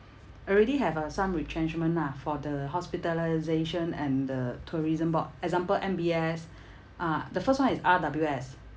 already have uh some retrenchment lah for the hospitalisation and the tourism board example M_B_S uh the first one is R_W_S